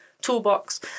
toolbox